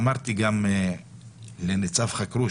אמרתי גם לניצב חכרוש,